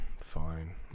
fine